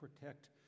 protect